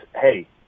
hey